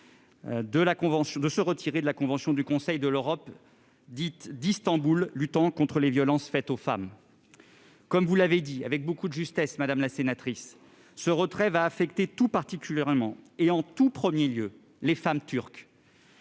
de se retirer de la convention du Conseil de l'Europe dite « d'Istanbul », relative à la lutte contre les violences faites aux femmes. Vous l'avez dit avec beaucoup de justesse, madame la sénatrice, ce retrait affectera particulièrement et en tout premier lieu les femmes turques,